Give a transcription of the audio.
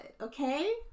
okay